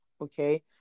Okay